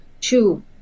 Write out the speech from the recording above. two